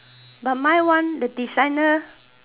but mine one the designer